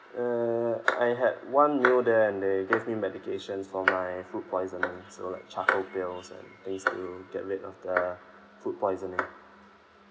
err I had one meal there and they give me medications for my food poisoning so like charcoal pills and things get rid of the food poisoning